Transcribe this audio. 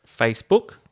Facebook